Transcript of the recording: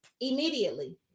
immediately